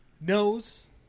knows